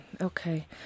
okay